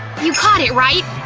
you caught it, right?